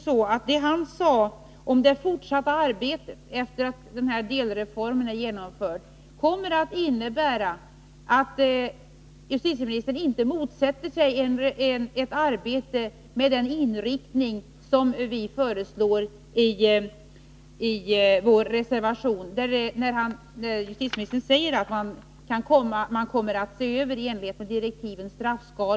Får jag fatta justitieministern så att han efter det att delreformen blivit genomförd inte kommer att motsätta sig ett fortsatt arbete med den inriktning som vi föreslår i vår reservation? Justitieministern sade ju att straffskalorna kommer att ses över i enlighet med direktiven.